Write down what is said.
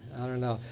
i don't know,